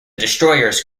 destroyers